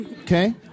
Okay